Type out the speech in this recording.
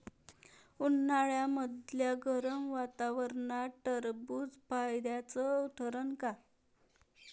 उन्हाळ्यामदल्या गरम वातावरनात टरबुज फायद्याचं ठरन का?